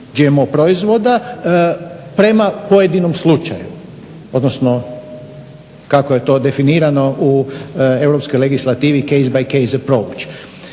GMO proizvoda prema pojedinom slučaju, odnosno kako je to definirano u europskoj legislativi case by case aproach.